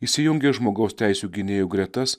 įsijungė į žmogaus teisių gynėjų gretas